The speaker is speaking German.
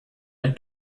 ein